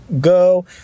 go